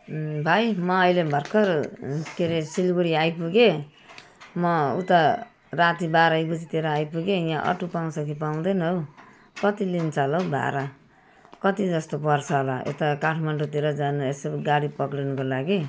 भाइ म अहिले भर्खर के अरे सिलगडी आइपुगेँ म उता राति बाह्र एक बजेतिर आइपुगेँ यहाँ अटो पाउँछ कि पाउँदैन हो कति लिन्छ होला हो भाडा कति जस्तो पर्छ होला यता काठमाडौँतिर जानु यसो गाडी पक्रिनुको लागि